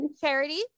charity